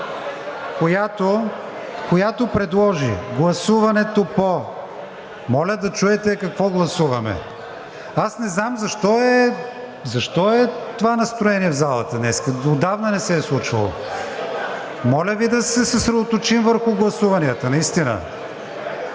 шум и реплики) гласуването по… Моля да чуете какво гласуваме. Аз не знам защо е това настроение в залата днес, отдавна не се е случвало! Моля Ви да се съсредоточим върху гласуванията, наистина.